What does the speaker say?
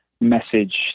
message